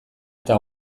eta